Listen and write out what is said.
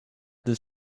this